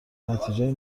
نتیجهای